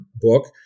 book